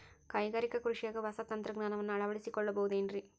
ಕೈಗಾರಿಕಾ ಕೃಷಿಯಾಗ ಹೊಸ ತಂತ್ರಜ್ಞಾನವನ್ನ ಅಳವಡಿಸಿಕೊಳ್ಳಬಹುದೇನ್ರೇ?